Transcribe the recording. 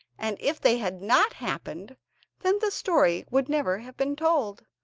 and if they had not happened then the story would never have been told.